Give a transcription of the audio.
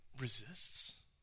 resists